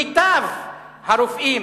מיטב הרופאים,